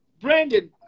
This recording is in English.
Brandon